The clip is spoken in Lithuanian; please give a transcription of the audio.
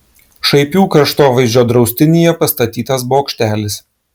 šaipių kraštovaizdžio draustinyje pastatytas bokštelis